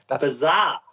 bizarre